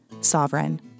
Sovereign